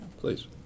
Please